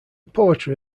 poetry